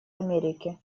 америки